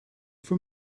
for